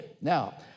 Now